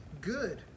good